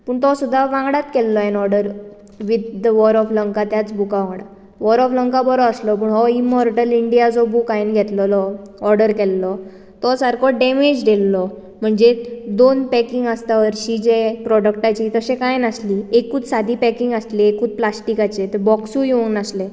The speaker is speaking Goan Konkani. पूण तो सुद्धा वांगडात केल्लो हांवें order with the war of Lanka त्याच बुका वांगडा वॉर ऑफ लंका बरो आसलो पूण हो इमोर्टल इंडिया जो बूक हांवें घेतलेलो ओर्डर केल्लो तो सारको डेमेज्ड येयल्लो म्हणजे दोन पेकिंग आसता म्हणजे जे प्रोडक्टाची तशें कांय नासली एकूच सादी पॅकिंग आसली एकूच प्लास्टीकाची तो बॉक्सूय येवनासले